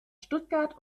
stuttgart